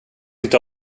inte